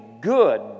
good